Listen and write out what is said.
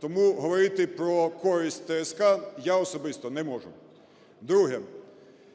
Тому говорити про користь ТСК я особисто не можу.